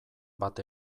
bat